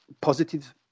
positive